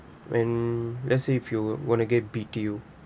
when let's say if you want to get B_T_O